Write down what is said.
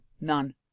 None